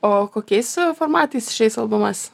o kokiais formatais išeis albumas